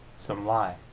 some lie.